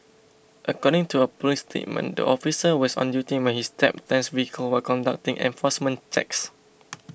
according to a police statement the officer was on duty when he stepped Tan's vehicle while conducting enforcement checks